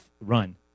run